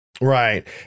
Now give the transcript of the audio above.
right